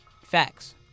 facts